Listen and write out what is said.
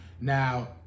Now